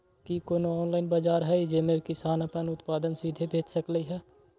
कि कोनो ऑनलाइन बाजार हइ जे में किसान अपन उत्पादन सीधे बेच सकलई ह?